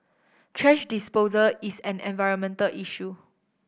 thrash disposal is an environmental issue